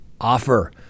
offer